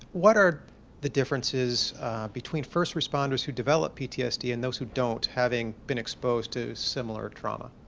what are the differences between first responders who develop ptsd and those who don't, having been exposed to similar trauma?